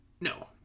no